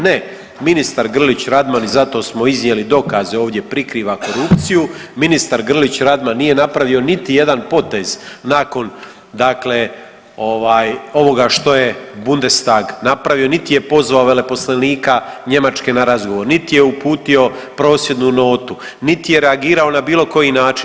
Ne, ministar Grlić Radman i za to smo iznijeli dokaze ovdje prikriva korupciju, ministar Grlić Radman nije napravio niti jedan potez nakon dakle ovaj ovoga što je Bundestag napravio niti je pozvao veleposlanika Njemačke na razgovor, niti uputio prosvjednu notu, niti je reagirao na bilo koji način.